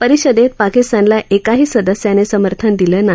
रिषदव्न पाकिस्तानला एकाही सदस्यानं समर्थन दिलं नाही